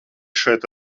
šeit